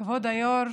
כבוד היו"ר,